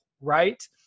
right